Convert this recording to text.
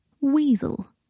Weasel